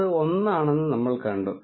അത് 1 ആണെന്ന് നമ്മൾ കണ്ടു